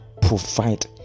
provide